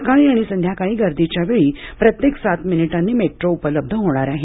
सकाळी आणि संध्याकाळी गर्दीच्या वेळी प्रत्येक सात मिनिटांनी मेट्रो उपलब्ध होणार आहे